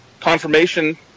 confirmation